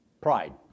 Pride